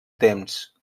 temps